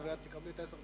איך אפשר